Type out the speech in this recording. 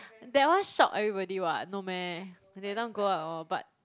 that one shock everybody [what] no meh they everytime go out and all but